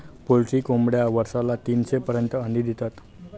poultry कोंबड्या वर्षाला तीनशे पर्यंत अंडी देतात